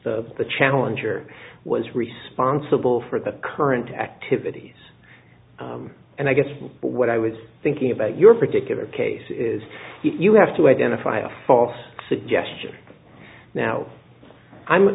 that the challenger was responsible for the current activities and i guess what i was thinking about your particular case is you have to identify a false suggestion now i'm